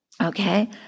Okay